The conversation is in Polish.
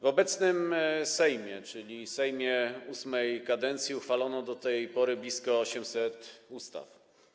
W obecnym Sejmie, czyli Sejmie VIII kadencji, uchwalono do tej pory blisko 800 ustaw.